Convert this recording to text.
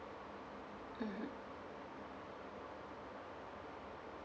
mmhmm